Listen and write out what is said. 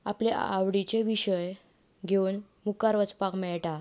आपले आवडिचे विशय घेवन मुखार वचपाक मेळटा